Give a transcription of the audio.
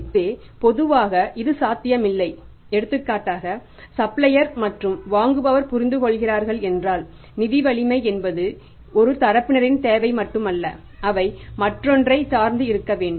எனவே இது பொதுவாக சாத்தியமில்லை எடுத்துக்காட்டாக சப்ளையர் மற்றும் வாங்குபவர் புரிந்து கொள்கிறார்கள் என்றால் நிதி வலிமை என்பது ஒரு தரப்பினரின் தேவை மட்டுமல்ல அவை மற்றொன்றைச் சார்ந்து இருக்க வேண்டும்